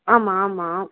ஆமாம் ஆமாம்